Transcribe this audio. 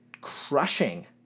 crushing